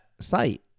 site